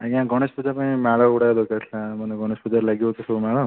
ଆଜ୍ଞା ଗଣେଶ ପୂଜାପାଇଁ ମାଳ ଗୁଡ଼ାକ ଦରକାର ଥିଲା ମାନେ ଗଣେଶ ପୂଜାରେ ଲାଗିବ ତ ସବୁ ମାଳ